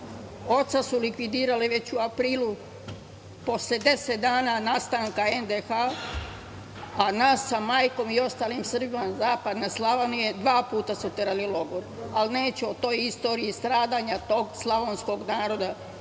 oca su likvidirali već u aprilu posle 10 dana nastanka NDH, a nas sa majkom i ostalim Srbima Zapadne Slavonije dva puta su terali u logor. Neću o toj istoriji stradanja tog slavonskog naroda